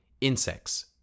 Insects